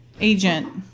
agent